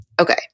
Okay